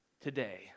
Today